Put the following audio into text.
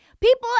People